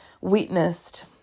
witnessed